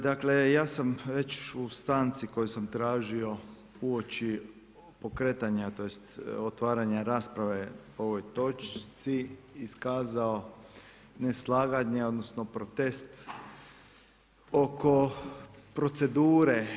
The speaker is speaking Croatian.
Dakle, ja sam već u stanci koju sam tražio uoči pokretanja, tj. otvaranje rasprave o ovoj točci, iskazao neslaganje, odnosno, protest oko procedure.